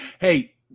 Hey